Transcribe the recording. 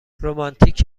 رومانتیک